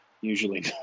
usually